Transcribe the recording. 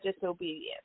disobedience